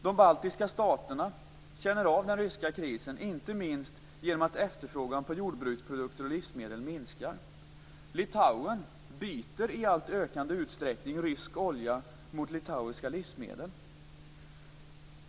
De baltiska staterna känner av den ryska krisen inte minst genom att efterfrågan på jordbruksprodukter och livsmedel minskar. Litauen byter i allt större utsträckning rysk olja mot litauiska livsmedel.